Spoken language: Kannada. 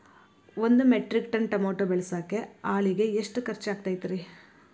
ಒಂದು ಮೆಟ್ರಿಕ್ ಟನ್ ಟಮಾಟೋ ಬೆಳಸಾಕ್ ಆಳಿಗೆ ಎಷ್ಟು ಖರ್ಚ್ ಆಕ್ಕೇತ್ರಿ?